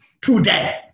today